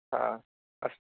अस्तु